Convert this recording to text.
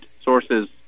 sources